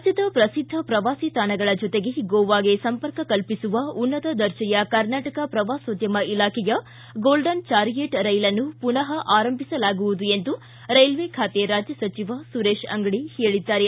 ರಾಜ್ಯದ ಪ್ರಸಿದ್ದ ಪ್ರವಾಸಿ ತಾಣಗಳ ಜೊತೆಗೆ ಗೋವಾಗೆ ಸಂಪರ್ಕ ಕಲ್ಪಿಸುವ ಉನ್ನತ ದರ್ಜೆಯ ಕರ್ನಾಟಕ ಪ್ರವಾಸೋದ್ಯಮ ಇಲಾಖೆಯ ಗೋಲ್ವನ್ ಚಾರಿಯಟ್ ರೈಲನ್ನು ಪುನಃ ಆರಂಭಿಸಲಾಗುವುದು ಎಂದು ರೈಲ್ವೆ ಖಾತೆ ರಾಜ್ಯ ಸಚಿವ ಸುರೇಶ್ ಅಂಗಡಿ ಹೇಳಿದ್ದಾರೆ